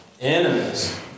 Enemies